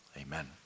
Amen